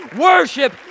worship